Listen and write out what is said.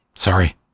Sorry